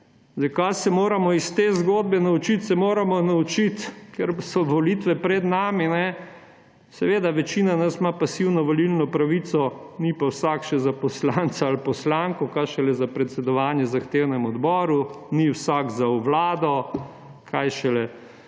Kar se moramo iz te zgodbe naučiti, se moramo naučiti, ker so volitve pred nami in večina nas ima pasivno volilno pravico, ni pa vsak še za poslanca ali poslanko, kaj šele za predsedovanje na zahtevnem odboru, ni vsak za v vlado, kaj šele,